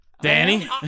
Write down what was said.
Danny